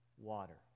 Water